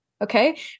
Okay